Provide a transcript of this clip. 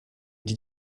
dix